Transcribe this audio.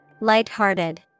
Lighthearted